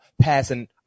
passing